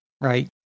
right